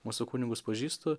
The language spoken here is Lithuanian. mūsų kunigus pažįstu